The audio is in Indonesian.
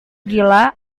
gila